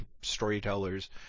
storytellers